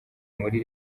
muri